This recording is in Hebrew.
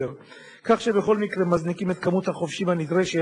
בכך אני מחריג את סגן שר הבריאות.